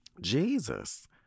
Jesus